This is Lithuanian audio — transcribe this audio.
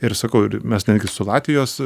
ir sakau ir mes netgi su latvijos